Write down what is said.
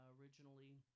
originally